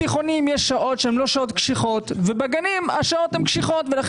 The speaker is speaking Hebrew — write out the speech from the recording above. בתיכונים יש שעות שהן לא שעות קשיחות ובגנים השעות הן קשיחות ולכן